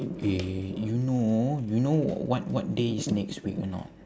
eh you know you know what what day is next week or not